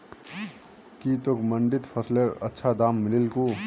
की तोक मंडीत फसलेर अच्छा दाम मिलील कु